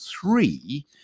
three